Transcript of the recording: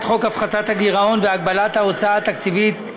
חוק הפחתת הגירעון והגבלת ההוצאה התקציבית,